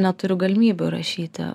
neturiu galimybių rašyti